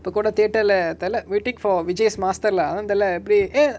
இப்ப கூட:ippa kooda theater lah Thala waiting for vijay's master lah அதா தல எப்டி:atha thala epdi eh